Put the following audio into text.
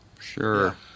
Sure